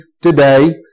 today